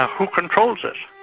ah who controls it.